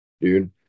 dude